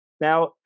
Now